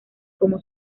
como